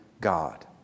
God